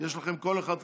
יש לכל אחד מכם,